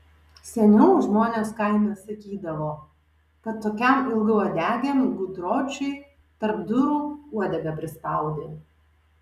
seniau žmonės kaime sakydavo kad tokiam ilgauodegiam gudročiui tarp durų uodegą prispaudė